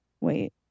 wait